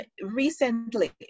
recently